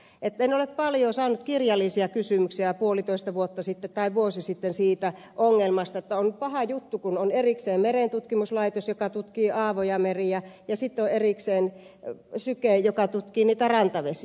en paljoa ole saanut kirjallisia kysymyksiä puolitoista vuotta sitten tai vuosi sitten siitä ongelmasta että on paha juttu kun on erikseen merentutkimuslaitos joka tutkii aavoja meriä ja sitten on erikseen syke joka tutkii niitä rantavesiä